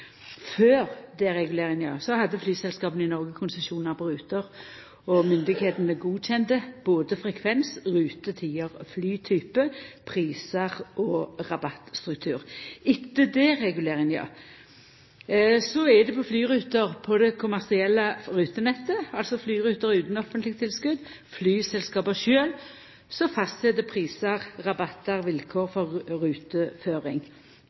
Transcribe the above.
Før dereguleringa hadde flyselskapa i Noreg konsesjonar på ruter, og myndigheitene godkjende både frekvensar, rutetider og flytypar, prisar og rabattstruktur. Etter dereguleringa er det på flyruter på det kommersielle rutenettet – altså flyruter utan offentlege tilskot – flyselskapa sjølve som fastset prisar, rabattar, vilkår og ruteføring,